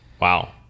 wow